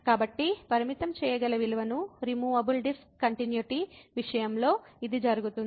కాబట్టి పరిమితం చేయగల విలువను రిమూవబుల్ డిస్కంటిన్యూటీ విషయంలో ఇది జరుగుతుంది